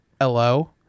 hello